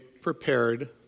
Prepared